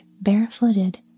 barefooted